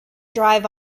drive